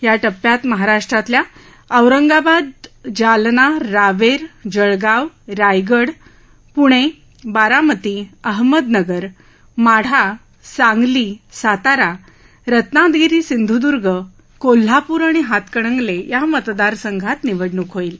या टप्प्यात महाराष्ट्रातल्या औरंगाबाद जालना रावरूजळगाव रायगड पुणबारामती अहमदनगर माढा सांगली सातारा रत्नागिरी सिंधुदुर्ग कोल्हापूर आणि हातकणंगलयि मतदारसंघात निवडणूक होईल